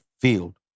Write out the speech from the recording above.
field